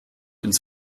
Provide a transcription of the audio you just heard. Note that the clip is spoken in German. ins